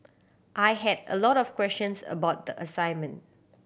I had a lot of questions about the assignment